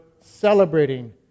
celebrating